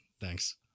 thanks